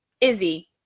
Izzy